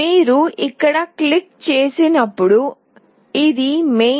మీరు ఇక్కడ క్లిక్ చేసినప్పుడు ఇది main